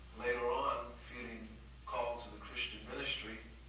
later on feeling called to the christian ministry